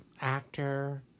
Actor